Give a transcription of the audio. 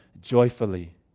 joyfully